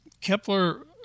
Kepler